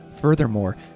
Furthermore